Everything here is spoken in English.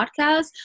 podcast